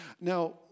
Now